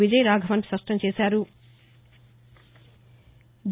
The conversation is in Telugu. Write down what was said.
విజయ రాఘవన్ స్పష్టం చేశారు